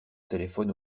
téléphone